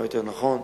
מה יותר נכון.